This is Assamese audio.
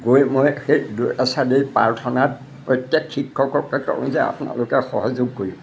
গৈ মই সেই প্ৰাৰ্থনাত প্ৰত্যেক শিক্ষককে কওঁ যে আপোনালোকে সহযোগ কৰিব